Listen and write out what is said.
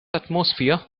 atmosphere